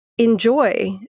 enjoy